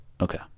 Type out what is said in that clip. Okay